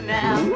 now